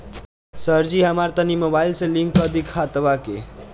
सरजी हमरा तनी मोबाइल से लिंक कदी खतबा के